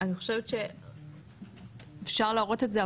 אני חושבת שאפשר להראות את זה,